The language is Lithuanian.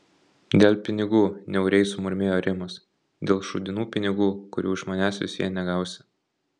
dėl pinigų niauriai sumurmėjo rimas dėl šūdinų pinigų kurių iš manęs vis vien negausi